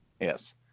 Yes